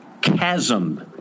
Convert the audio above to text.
chasm